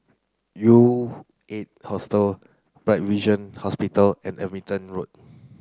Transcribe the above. U eight Hostel Bright Vision Hospital and Road